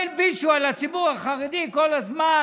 מה הלבישו על הציבור החרדי כל הזמן,